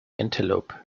antelope